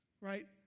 right